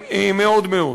לכת מאוד מאוד.